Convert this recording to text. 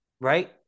right